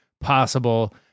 possible